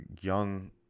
young